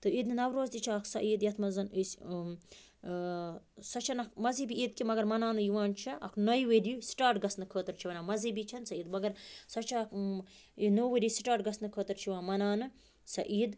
تہٕ عیٖدِ نَوروز تہِ چھےٚ اَکھ عیٖد یَتھ منٛز أسۍ سۄ چھِنہٕ اَکھ مزہبی عیٖد کیٚنہہ مگر مناونہٕ یِوان چھےٚ اَکھ نَیہِ ؤریہِ سِٹاٹ گژھنہٕ خٲطرٕ چھِ وَنان مزہبی چھنہٕ سۄ عیٖد مگر سۄ چھےٚ اَکھ نوٚو ؤری سِٹاٹ گژھِنہٕ خٲطرٕ چھِ یِوان مناونہٕ سۄ عیٖد